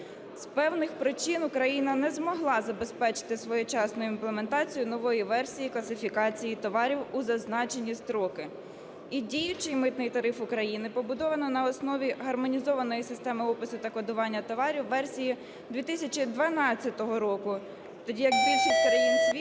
З певних причин Україна не змогла забезпечити своєчасну імплементацію нової версії класифікації товарів у зазначені строки. І діючий Митний тариф України побудований на основі Гармонізованої системи опису та кодування товарів версії 2012 року, тоді як більшість країн світу